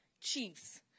chiefs